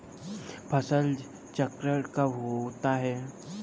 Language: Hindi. फसल चक्रण कब होता है?